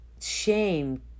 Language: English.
shame